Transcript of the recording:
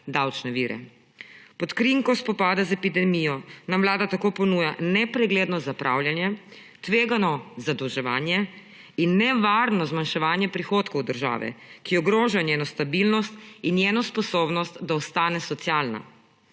Pod krinko spopada z epidemijo nam Vlada tako ponuja nepregledno zapravljanje, tvegano zadolževanje in nevarno zmanjševanje prihodkov države, ki ogroža njeno stabilnost in njeno sposobnost, da ostane socialna,